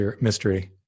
mystery